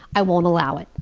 i won't allow it.